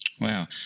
Wow